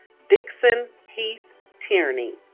dixon heath tierney